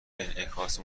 انعکاس